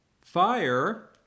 Fire